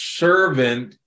servant